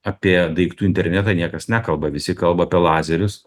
apie daiktų internetą niekas nekalba visi kalba apie lazerius